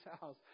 house